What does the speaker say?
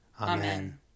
Amen